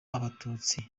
abatutsi